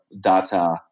data